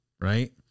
Right